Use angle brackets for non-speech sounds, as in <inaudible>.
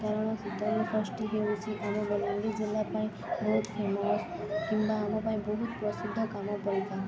କାରଣ ଶୀତଳଷଷ୍ଠୀ ହେଉଛିି ଆମ ବଲାଙ୍ଗୀର ଜିଲ୍ଲା ପାଇଁ ବହୁତ ଫେମସ୍ କିମ୍ବା ଆମ ପାଇଁ ବହୁତ ପ୍ରସିଦ୍ଧ <unintelligible>